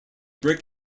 brick